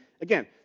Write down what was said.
again